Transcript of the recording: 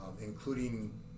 including